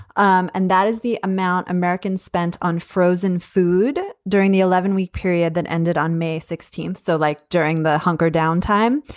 um and that is the amount americans spent on frozen food during the eleven week period that ended on may sixteenth. so like during the hunger downtime.